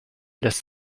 lässt